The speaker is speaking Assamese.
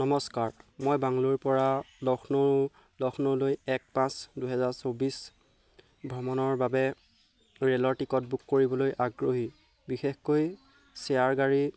নমস্কাৰ মই বাংলোৰ পৰা লক্ষ্নৌ লক্ষ্নৌলৈ এক পাঁচ দুহেজাৰ চৌবিচ ভ্ৰমণৰ বাবে ৰে'লৰ টিকট বুক কৰিবলৈ আগ্ৰহী বিশেষকৈ চেয়াৰ গাড়ী